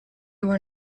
were